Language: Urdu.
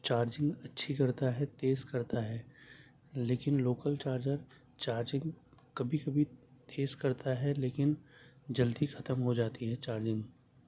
چارجنگ اچھی کرتا ہے تیز کرتا ہے لیکن لوکل چارجر چارجنگ کبھی کبھی تیز کرتا ہے لیکن جلدی ختم ہو جاتی ہے چارجنگ